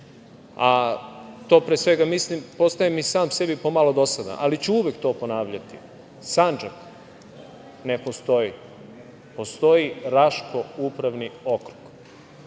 a to pre svega mislim, postajem i sam sebi po malo dosadan, ali ću uvek to ponavljati, Sandžak ne postoji. Postoji Raško upravni okrug. Ja